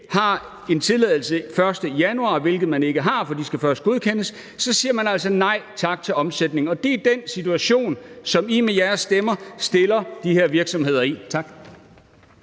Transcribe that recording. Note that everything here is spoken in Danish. har en tilladelse den 1. januar, hvilket man ikke har, for de skal først godkendes, siger man altså nej tak til omsætningen. Det er den situation, som I med jeres stemmer stiller de her virksomheder i. Tak.